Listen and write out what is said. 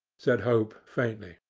said hope faintly.